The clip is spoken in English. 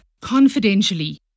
confidentially